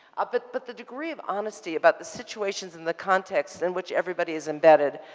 ah but but the degree of honesty about the situations and the context in which everybody is embedded,